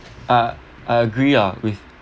uh I agree ah with